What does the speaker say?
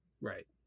Right